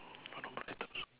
what normal items